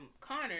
Connor